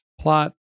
plot